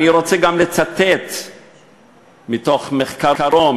אני רוצה גם לצטט מתוך מחקרו,